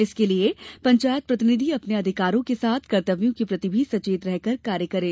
इसके लिये पंचायत प्रतिनिधि अपने अधिकारों के साथ कर्त्तव्यों के प्रति भी सचेत रह कर कार्य करें